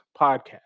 podcast